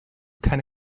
keine